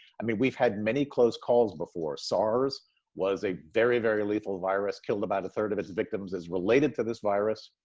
i mean, we've had many close calls before. sars was a very, very lethal virus. killed about a third of its victims. is related to this virus.